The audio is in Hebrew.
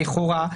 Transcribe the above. לכאורה,